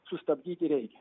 sustabdyti reikia